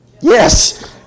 Yes